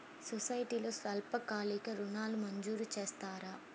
సొసైటీలో స్వల్పకాలిక ఋణాలు మంజూరు చేస్తారా?